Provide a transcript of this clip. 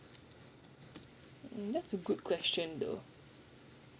hmm that's a good question though